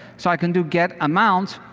so i can do get amount,